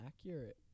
accurate